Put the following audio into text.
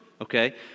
okay